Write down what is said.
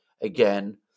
again